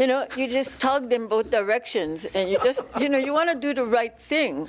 you know you just told them both directions and you know you want to do the right thing